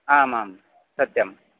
आम् आं सत्यं